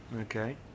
Okay